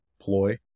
ploy